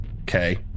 Okay